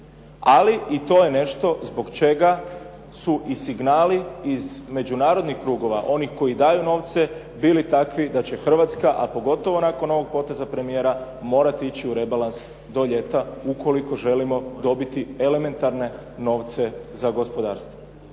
ali i to je nešto zbog čega su signali iz međunarodnih krugova, onih koji daju novce, bili takvi da će Hrvatska, a pogotovo nakon ovog poteza premijera, morati ići u rebalans do ljeta ukoliko želimo dobiti elementarne novce za gospodarstvo.